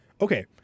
Okay